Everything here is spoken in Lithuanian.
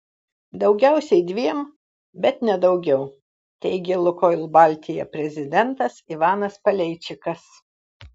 daugiausiai dviem bet ne daugiau teigė lukoil baltija prezidentas ivanas paleičikas